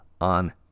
on